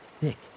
thick